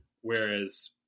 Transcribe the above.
Whereas